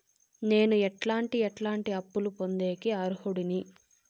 నేను ఎట్లాంటి ఎట్లాంటి అప్పులు పొందేకి అర్హుడిని?